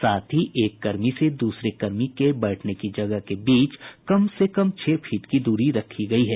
साथ ही एक कर्मी से द्रसरे कर्मी के बैठने की जगह के बीच कम से कम छह फीट की द्री रखी गयी है